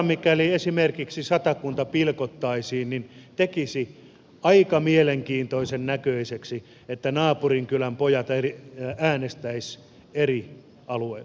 mikäli esimerkiksi satakunta pilkottaisiin olisi aika mielenkiintoisen näköistä että naapurikylän pojat äänestäisivät eri alueilla